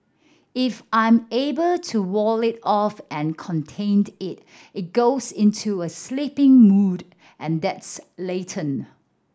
if I'm able to wall it off and contained it it goes into a sleeping mode and that's latent